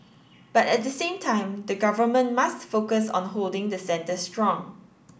but at the same time the Government must focus on holding the centre strong